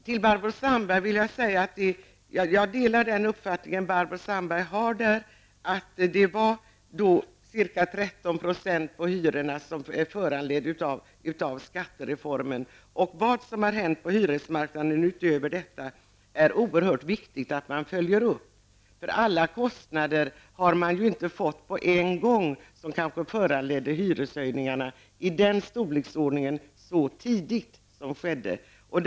Vidare delar jag Barbro Sandbergs uppfattning om att cirka 13 % av hyreshöjningarna är en följd av skattereformen. Det är oerhört viktigt att följa upp vad som har hänt på hyresmarknaden utöver detta. Alla kostnader som föranleder hyreshöjningarna har ju inte kommit på en gång.